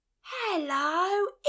Hello